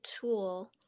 tool